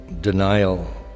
denial